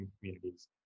communities